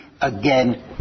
again